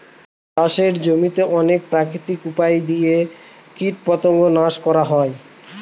চাষের জমিতে অনেক প্রাকৃতিক উপাদান দিয়ে কীটপতঙ্গ নাশ করা হয়